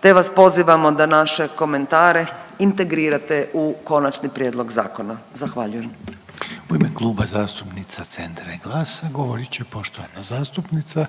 te vas pozivamo da naše komentare integrirate u konačni prijedlog zakona. Zahvaljujem. **Reiner, Željko (HDZ)** U ime Kluba zastupnica Centra i GLAS-a govorit će poštovana zastupnica